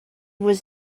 was